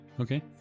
Okay